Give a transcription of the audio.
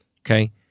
Okay